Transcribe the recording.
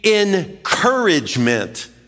encouragement